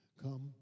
come